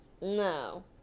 No